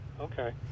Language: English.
Okay